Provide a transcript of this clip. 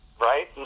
Right